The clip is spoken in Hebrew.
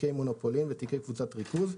תיקי מונופולין ותיקי קבוצת ריכוז,